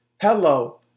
hello